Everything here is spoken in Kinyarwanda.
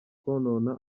konona